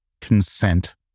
consent